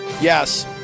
Yes